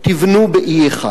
תבנו ב-E1.